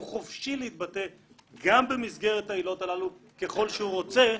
הוא חופשי להתבטא גם במסגרת העילות הללו ככל שהוא רוצה,